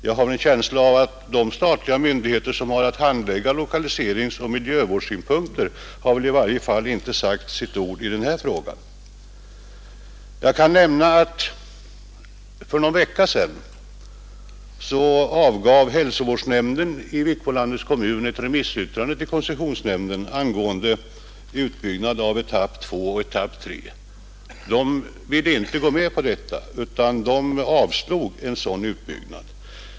Jag har en känsla av att de statliga myndigheter som har att handlägga lokaliseringsoch miljövårdsfrågor i varje fall inte sagt sitt ord i den här frågan. Jag kan nämna att för någon vecka sedan avgav hälsovårdsnämnden i Vikbolandets kommun ett remissyttrande till koncessionsnämnden angående utbyggnad av etapp 2 och etapp 3. Hälsovårdsnämnden ville inte gå med på detta utan avstyrkte en sådan utbyggnad.